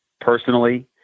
personally